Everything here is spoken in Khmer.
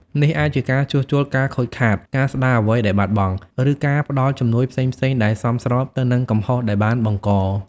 នេះអាចជាការជួសជុលការខូចខាត ការស្ដារអ្វីដែលបាត់បង់ ឬការផ្តល់ជំនួយផ្សេងៗដែលសមស្របទៅនឹងកំហុសដែលបានបង្ក។